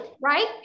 right